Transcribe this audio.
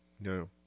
No